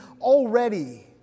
already